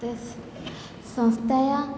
तस् संस्थायाः